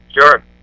Sure